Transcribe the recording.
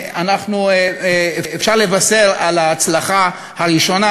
אפשר לבשר על ההצלחה הראשונה,